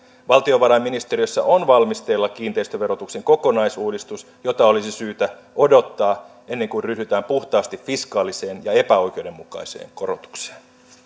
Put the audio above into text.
valtiovarainministeriössä on valmisteilla kiinteistöverotuksen kokonaisuudistus jota olisi syytä odottaa ennen kuin ryhdytään puhtaasti fiskaaliseen ja epäoikeudenmukaiseen korotukseen